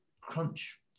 crunch